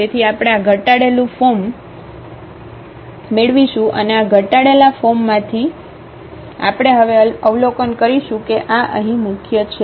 તેથી આપણે આ ઘટાડેલું ફોર્મ મેળવીશું અને આ ઘટાડેલા ફોર્મમાંથી આપણે હવે અવલોકન કરીશું કે આ અહીં મુખ્ય છે